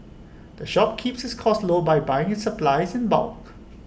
the shop keeps its costs low by buying supplies in bulk